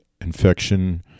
infection